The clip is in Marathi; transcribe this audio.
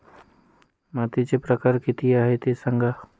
मातीचे प्रकार किती आहे ते सांगा